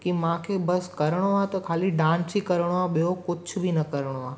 की मूंखे बसि करिणो आहे त ख़ाली डांस ई करिणो आहे ॿियो कुझु बि न करिणो आहे